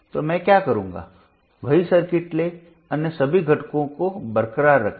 तो मैं क्या करूँगा वही सर्किट लें अन्य सभी घटकों को बरकरार रखें